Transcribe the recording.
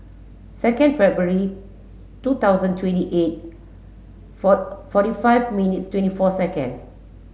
second February two thousand twenty eight four forty five minutes twenty four second